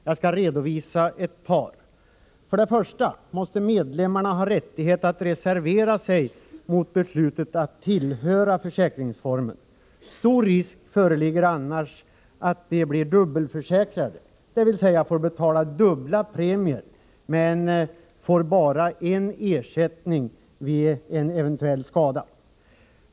Jag skall redovisa ett par. För det första måste medlemmarna ha rättighet att reservera sig mot beslutet att tillhöra försäkringsformen. Stor risk föreligger annars för att de blir dubbelförsäkrade, dvs. de får betala dubbla premier men får endast en ersättning vid eventuell skada.